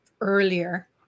earlier